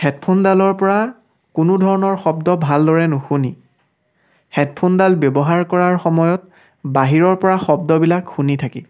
হেডফোনডালৰ পৰা কোনো ধৰণৰ শব্দ ভালদৰে নুশুনি হেডফোনডাল ব্যৱহাৰ কৰাৰ সময়ত বাহিৰৰ পৰা শব্দবিলাক শুনি থাকি